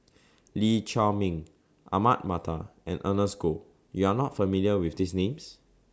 Lee Chiaw Meng Ahmad Mattar and Ernest Goh YOU Are not familiar with These Names